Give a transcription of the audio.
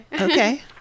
Okay